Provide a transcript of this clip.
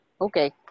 Okay